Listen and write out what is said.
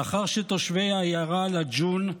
לאחר שתושבי העיירה לג'ון,